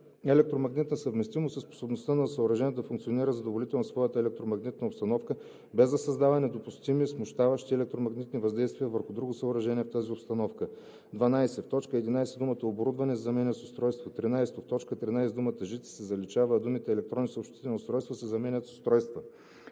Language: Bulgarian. „Електромагнитна съвместимост“ е способността на съоръжението да функционира задоволително в своята електромагнитна обстановка, без да създава недопустими смущаващи електромагнитни въздействия върху друго съоръжение в тази обстановка.“ 12. В т. 11 думата „оборудване“ се заменя с „устройство“. 13. В т. 13 думата „жици“ се заличава, а думите „електронни съобщителни устройства“ се заменят с „устройства“.